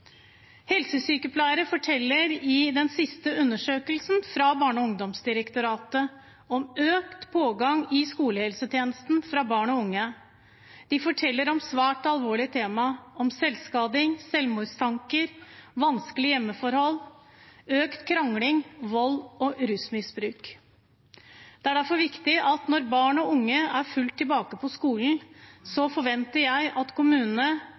Helsesykepleiere forteller i den siste undersøkelsen fra Barne- og ungdomsdirektoratet om økt pågang i skolehelsetjenesten fra barn og unge. De forteller om svært alvorlige tema, som selvskading og selvmordstanker, vanskelige hjemmeforhold med økt krangling, vold og rusmisbruk. Når barn og unge er for fullt tilbake på skolen, forventer jeg at kommunene